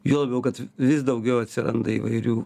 juo labiau kad vis daugiau atsiranda įvairių